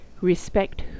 Respect